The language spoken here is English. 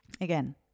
again